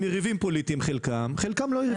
חלקם יריבים פוליטיים וחלקם לא.